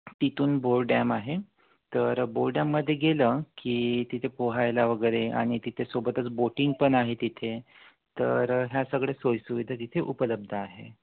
तिथून बोर डॅम आहे तर बोर डॅममध्ये गेलं की तिथे पोहायला वगैरे आणि तिथे सोबतच बोटिंग पण आहे तिथे तर ह्या सगळ्या सोईसुविधा तिथे उपलब्ध आहे